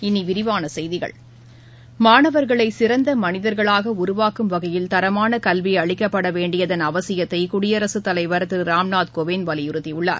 இனி விரிவான செய்திகள் மாணவர்களை சிறந்த மனிதர்களாக உருவாக்கும் வகையில் தரமான கல்வி அளிக்கப்பட வேண்டியதன் அவசியத்தை குடியரசுத் தலைவர் திரு ராம்நாத் கோவிந்த் வலியுறத்தியுள்ளார்